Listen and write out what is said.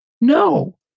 No